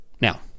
now